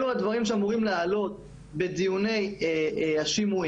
אלו הדברים שאמורים לעלות בדיוני השימועים,